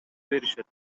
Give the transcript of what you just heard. беришет